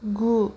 गु